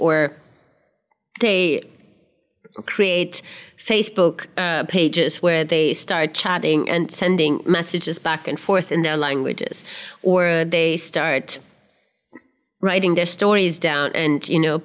or they create facebook pages where they start chatting and sending messages back and forth in their languages or they start writing their stories down and you know